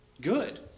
Good